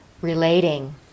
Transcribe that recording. relating